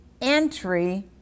entry